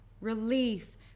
relief